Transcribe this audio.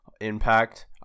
impact